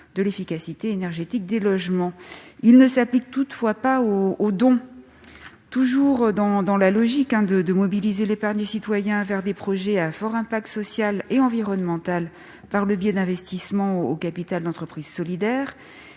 de l'efficacité énergétique des logements. Il ne s'applique toutefois pas aux dons. Toujours dans la logique visant à mobiliser l'épargne des citoyens vers des projets à fort impact social et environnemental par le biais d'investissements au capital d'entreprises solidaires,